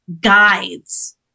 guides